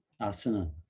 asana